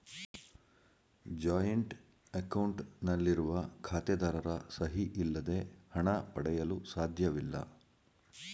joint account ನಲ್ಲಿರುವ ಖಾತೆದಾರರ ಸಹಿ ಇಲ್ಲದೆ ಹಣ ಪಡೆಯಲು ಸಾಧ್ಯವಿಲ್ಲ